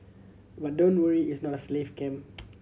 but don't worry its not a slave camp